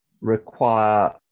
require